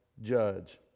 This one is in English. judge